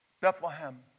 Bethlehem